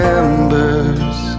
embers